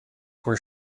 were